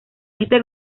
este